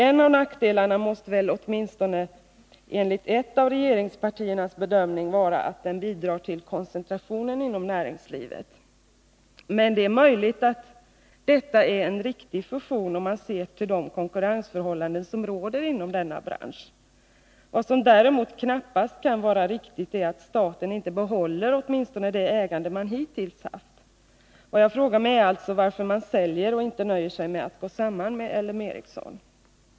En av nackdelarna måste väl, åtminstone enligt ett av regeringspartiernas bedömning, vara att den bidrar till koncentrationen inom näringslivet. Men det är möjligt att detta är en riktig fusion, om man ser till de konkurrensförhållanden som råder inom denna bransch. Vad som däremot knappast kan vara riktigt är att staten inte behåller åtminstone det ägande den hittills har haft. Vad jag frågar mig är alltså varför man säljer och inte nöjer sig med att gå samman med L M Ericsson.